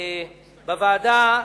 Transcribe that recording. בוועדה,